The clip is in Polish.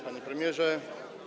Panie Premierze!